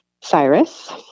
Cyrus